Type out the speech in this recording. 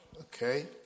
Okay